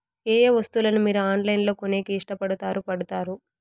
ఏయే వస్తువులను మీరు ఆన్లైన్ లో కొనేకి ఇష్టపడుతారు పడుతారు?